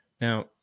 Now